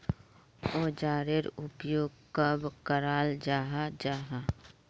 औजार उपयोग कब कराल जाहा जाहा?